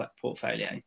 portfolio